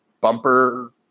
bumper